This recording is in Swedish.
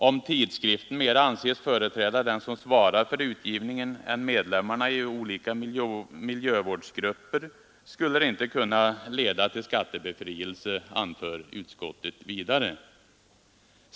Om tidskriften mera anses företräda den som svarar för utgivningen än medlemmarna i olika miljövårdsgrupper skulle det inte kunna leda till skattebefrielse, anför utskottet vidare.